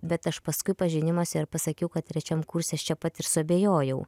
bet aš paskui pažinimuose ir pasakiau kad trečiam kurse aš čia pat ir suabejojau